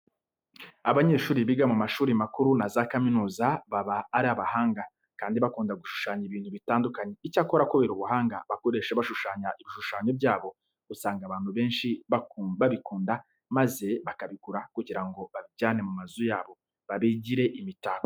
Abanyeshuri biga mu mashuri makuru na za kaminuza baba ari abahanga, kandi bakunda gushushanya ibintu bitandukanye. Icyakora kubera ubuhanga bakoresha bashushanya ibishushanyo byabo, usanga abantu benshi babikunda maze bakabigura kugira ngo babijyane mu mazu yabo babigire imitako.